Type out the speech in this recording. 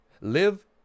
Live